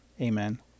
Amen